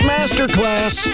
Masterclass